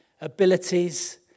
abilities